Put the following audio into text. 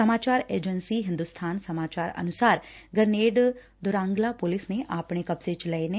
ਸਮਾਚਾਰ ਏਜੰਸੀ ਹਿੰਦੁਸਥਾਨ ਸਮਾਚਾਰ ਅਨੁਸਾਰ grenade Dorangla police ਨੇ ਆਪਣੇ ਕਬਜ਼ੇ ਵਿਚ ਲੈ ਲਏ ਨੇ